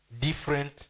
different